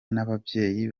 n’ababyeyi